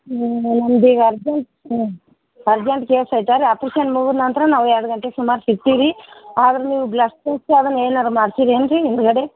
ಹಾಂ urgent case ಐತೇನು operation ಮುಗಿದ್ ನಂತರ ನಾವು ಎರಡು ಗಂಟೆ ಸುಮಾರು ಸಿಕ್ತೀರಿ ಆದ್ರೆ ನೀವು ಬ್ಲಡ್ ಟೆಸ್ಟ್ ಅದನ್ನು ಏನಾರು ಮಾಡ್ಸಿರಿ ಏನು ರೀ ಹಿಂದಗಡೆ